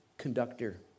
conductor